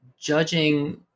judging